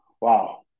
wow